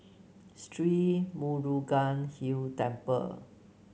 Sri Murugan Hill Temple